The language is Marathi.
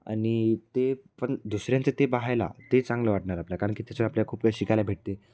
आणि तेपण दुसऱ्यांचं ते पहायला ते चांगलं वाटणार आपल्या कारण की त्याच्यावर आपल्याला खूप शिकायला भेटते